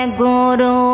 guru